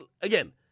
again